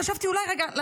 חשבתי אולי רגע,